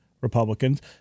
Republicans